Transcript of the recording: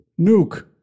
Nuke